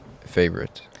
favorite